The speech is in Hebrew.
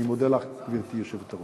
אני מודה לך, גברתי היושבת-ראש.